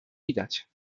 widać